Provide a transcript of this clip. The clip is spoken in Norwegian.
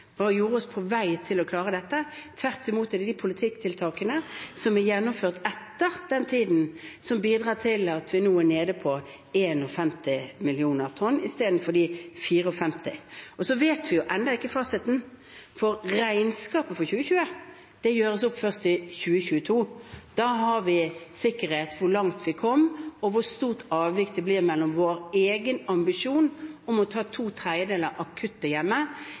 oss på vei til å klare dette, tvert imot er det de politikktiltakene som er gjennomført etter den tiden, som bidrar til at vi nå er nede i 51 mill. tonn i stedet for de 54. Vi kjenner ennå ikke fasiten, for regnskapet for 2020 gjøres opp først i 2022. Da har vi sikkerhet for hvor langt vi kom, og for hvor stort avvik det blir fra vår egen ambisjon om å ta to tredjedeler